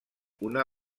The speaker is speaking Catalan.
una